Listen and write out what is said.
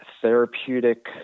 therapeutic